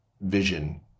vision